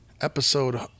episode